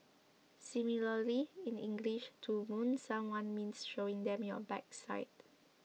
similarly in English to moon someone means showing them your backside